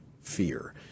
fear